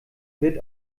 wird